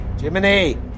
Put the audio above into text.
Jiminy